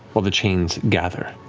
while the chains gather,